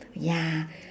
ya